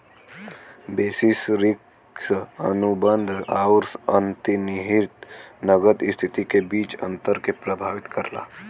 basis risk अनुबंध आउर अंतर्निहित नकद स्थिति के बीच अंतर के प्रभावित करला